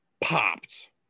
popped